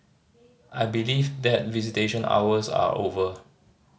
I believe that visitation hours are over